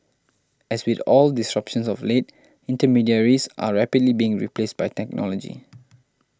as with all disruptions of late intermediaries are rapidly being replaced by technology